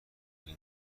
این